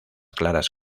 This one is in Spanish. claras